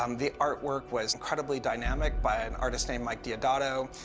um the artwork was incredibly dynamic, by an artist named mike deodato,